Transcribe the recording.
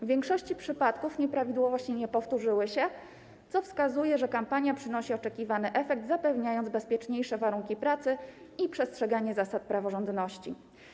W większości przypadków nieprawidłowości nie powtórzyły się, co wskazuje, że kampania przynosi oczekiwany efekt, zapewniając bezpieczniejsze warunki pracy i przestrzeganie zasad praworządności.